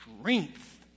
strength